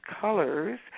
colors